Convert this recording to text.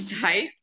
type